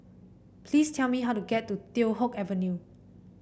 please tell me how to get to Teow Hock Avenue